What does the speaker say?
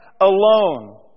alone